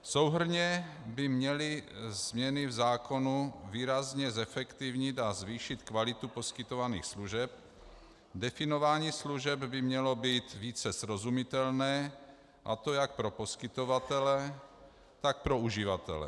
Souhrnně by měly změny v zákonu výrazně zefektivnit a zvýšit kvalitu poskytovaných služeb, definování služeb by mělo být více srozumitelné, a to jak pro poskytovatele, tak pro uživatele.